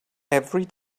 every